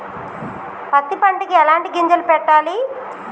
పత్తి పంటకి ఎలాంటి గింజలు పెట్టాలి?